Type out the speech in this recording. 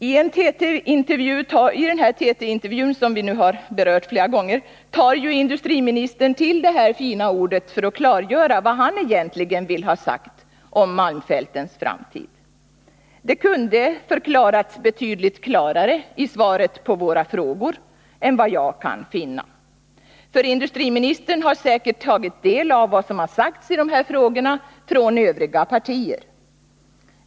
I den TT-intervju som vi nu har berört flera gånger tar ju industriministern till detta fina ord för att klargöra vad han egentligen vill ha sagt om malmfältens framtid. Det kunde ha förklarats betydligt klarare i svaret på våra frågor än vad jag kan finna. Industriministern har säkert tagit del av vad som sagts i de här frågorna från övriga partier.